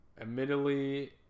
Admittedly